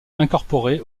incorporé